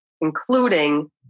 including